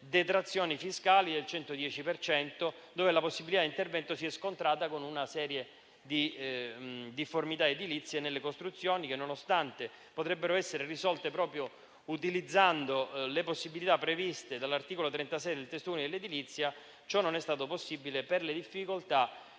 detrazioni fiscali del 110 per cento, dove la possibilità di intervento si è scontrata con una serie di difformità edilizie nelle costruzioni che, nonostante potrebbero essere risolte proprio utilizzando le possibilità previste dall'articolo 36 del testo unico dell'edilizia, non hanno potuto esserlo per le difficoltà